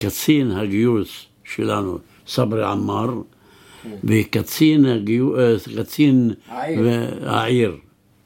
קצין הגיוס שלנו, סברי עמר, וקצין העיר.